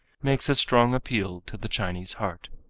makes a strong appeal to the chinese heart.